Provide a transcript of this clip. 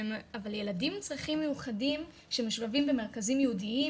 אבל ילדים עם צרכים מיוחדים שמשולבים במרכזים ייעודיים